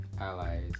allies